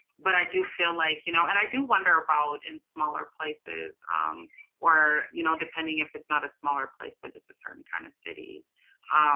but i do feel like, you know, and i do wonder about in smaller places or, you know, depending if it's not a smaller place, but there's a certain kind of city,